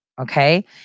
okay